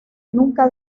nunca